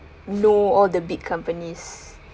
know all the big companies